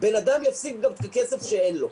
בן אדם יפסיד גם את הכסף שאין לו,